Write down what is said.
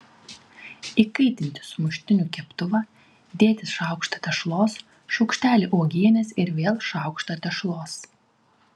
įkaitinti sumuštinių keptuvą dėti šaukštą tešlos šaukštelį uogienės ir vėl šaukštą tešlos